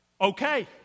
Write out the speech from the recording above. Okay